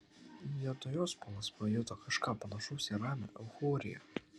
vietoj jos polas pajuto kažką panašaus į ramią euforiją